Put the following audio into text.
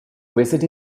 visit